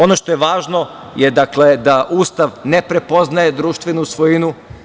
Ono što je važno jeste da Ustav ne prepoznaje društvenu svojinu.